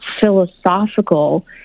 philosophical